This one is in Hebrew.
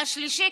והשלישי,